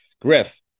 Griff